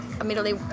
immediately